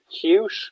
cute